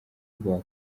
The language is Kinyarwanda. rwa